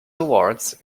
awards